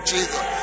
Jesus